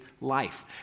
life